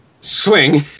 Swing